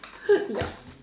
yup